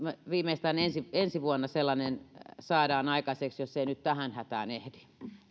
viimeistään ensi ensi vuonna sellainen saadaan aikaiseksi jos ei nyt tähän hätään ehdi